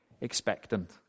expectant